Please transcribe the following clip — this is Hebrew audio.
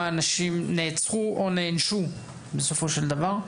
אנשים נעצרו או נענשו בסופו של דבר?